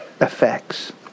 effects